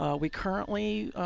ah we currently,